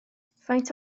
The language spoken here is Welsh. faint